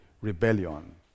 rebellion